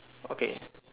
okay